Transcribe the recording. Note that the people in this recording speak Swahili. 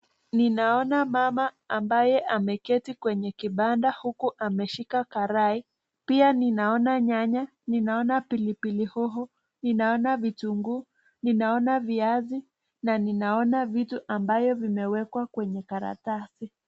Ninaona mama ambaye ameketi kwenye kibanda huku ameshika karai. Pia ninaona nyanya, ninaona pilipili hoho, ninaona vitunguu, ninaona viazi na ninaona vitu ambayo vimewekwa kwenye karatasi.